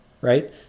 right